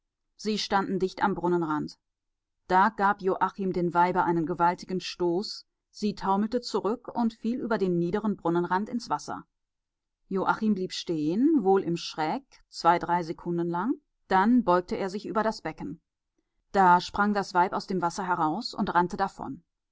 sie standen dicht am brunnenrand da gab joachim dem weibe einen gewaltigen stoß sie taumelte zurück und fiel über den niederen brunnenrand ins wasser joachim blieb still stehen wohl im schreck zwei drei sekunden lang dann beugte er sich über das becken da sprang das weib aus dem wasser heraus und rannte davon